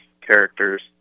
characters